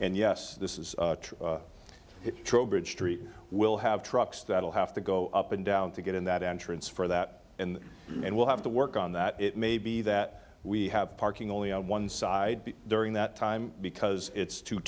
and yes this is it trowbridge street will have trucks that will have to go up and down to get in that entrance for that and and we'll have to work on that it may be that we have parking only on one side during that time because it's too